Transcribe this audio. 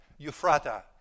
Euphrata